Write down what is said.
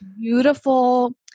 beautiful